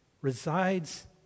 resides